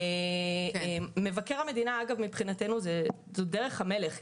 מבקר המדינה מבחינתנו זה דרך המלך,